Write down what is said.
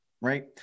Right